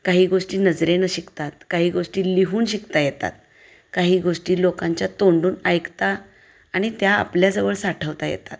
काही गोष्टी नजरेनं शिकतात काही गोष्टी लिहून शिकता येतात काही गोष्टी लोकांच्या तोंडून ऐकता आणि त्या आपल्याजवळ साठवता येतात